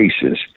cases